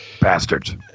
Bastards